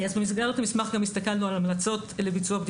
יש את התכנית הלאומית